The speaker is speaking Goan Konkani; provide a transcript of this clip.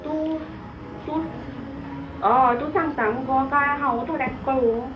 तूं अ तू सांगता मुगो काय हांवूंय थोड्यांक कळोवूं